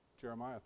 Jeremiah